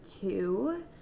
two